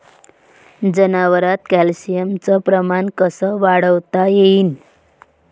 जनावरात कॅल्शियमचं प्रमान कस वाढवता येईन?